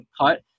cut